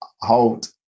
Hold